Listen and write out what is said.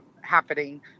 happening